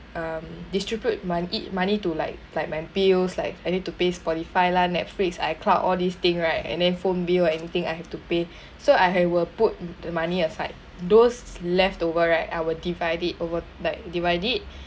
um distribute money money to like like my bills like I need to pay Spotify lah Netflix iCloud all these thing right and then phone bill or anything I have to pay so I have will put the money aside those leftover right I divide it over like divide it